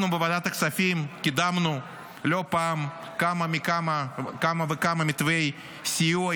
אנחנו בוועדת הכספים קידמנו לא פעם כמה וכמה מתווי סיוע.